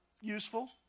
useful